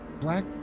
Black